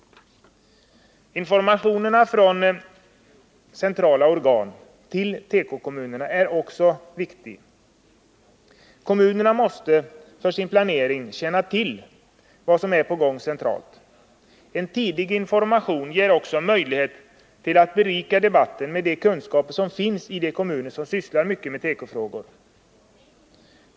Informationen från centrala organ till tekokommunerna är också viktig. Kommunerna måste för sin planering känna till vad som är på gång centralt. En tidig information ger också möjlighet att berika debatten med de kunskaper som finns i de kommuner som sysslar mycket med tekofrågor.